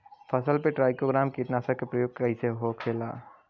फसल पे trichogramma कीटनाशक के प्रयोग कइसे होखेला?